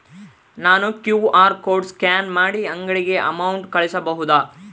ನಾನು QR code scan ಮಾಡಿ ಅಂಗಡಿಗೆ ಅಮೌಂಟ್ ಕಳಿಸಬಹುದಾ?